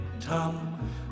Tom